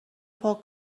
پاک